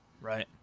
Right